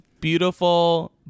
beautiful